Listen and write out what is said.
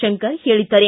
ಶಂಕರ್ ಹೇಳಿದ್ದಾರೆ